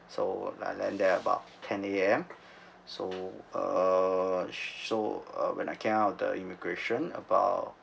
so I left there about ten A_M so uh so when I came out the immigration about